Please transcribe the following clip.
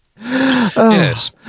Yes